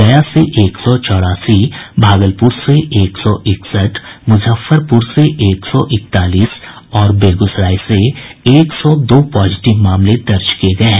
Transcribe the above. गया से एक सौ चौरासी भागलपुर से एक सौ इकसठ मूजफ्फरपूर से एक सौ इकतालीस और बेगूसराय से एक सौ दो पॉजिटिव मामले दर्ज किए गए हैं